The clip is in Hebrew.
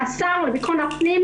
שהשר לביטחון הפנים,